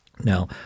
Now